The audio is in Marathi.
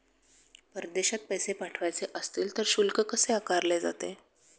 परदेशात पैसे पाठवायचे असतील तर शुल्क कसे आकारले जाते?